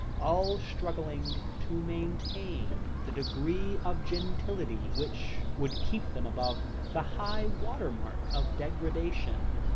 all struggling to maintain the degree of gentility, which would keep them above the high-water mark of degradation.